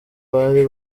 bari